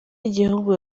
y’igihugu